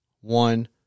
one